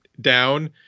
down